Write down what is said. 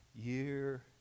year